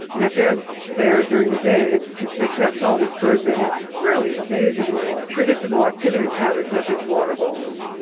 and if they are there during the day, it disrupts all these birds that have really amazingly predictable activity patterns at these waterholes.